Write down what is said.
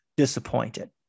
Disappointed